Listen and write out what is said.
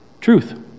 Truth